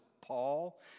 Paul